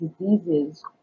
diseases